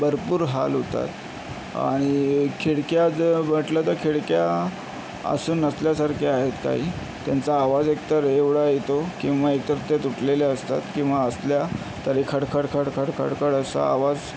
भरपूर हाल होतात आणि खिडक्या जर म्हटलं तर खिडक्या असून नसल्यासारख्या आहेत काही त्यांचा आवाज एकतर एवढा येतो किंवा एकतर त्या तुटलेल्या असतात किंवा असल्या तरी खड खड खड खड खड खड असा आवाज